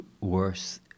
worse